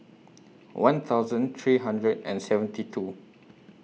one thousand three hundred and seventy two